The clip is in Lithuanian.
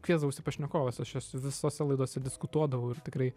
kviesdavausi pašnekoves aš jas visose laidose diskutuodavau ir tikrai